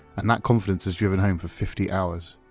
and that confidence is driven home for fifty hours.